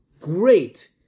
great